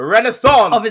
Renaissance